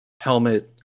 helmet